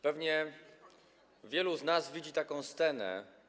Pewnie wielu z nas widzi taką scenę.